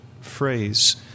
phrase